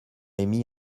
émis